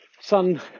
Sun